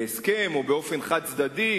בהסכם או באופן חד-צדדי,